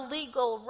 legal